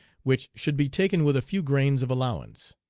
which should be taken with a few grains of allowance.